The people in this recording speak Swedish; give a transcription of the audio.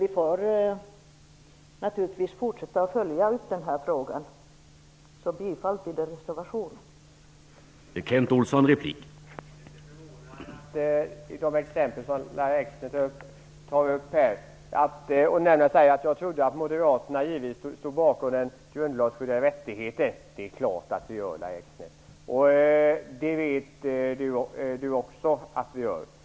Vi får naturligtvis fortsätta att följa upp den här frågan. Jag yrkar bifall till reservationen i det här fallet.